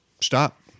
stop